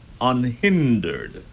unhindered